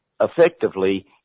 effectively